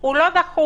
הוא לא דחוף